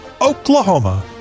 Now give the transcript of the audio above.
Oklahoma